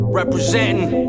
representing